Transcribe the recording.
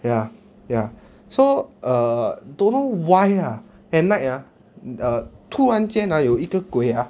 ya ya so err dunno why ah at night ah err 突然间 ah 有一个鬼 ah